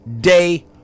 day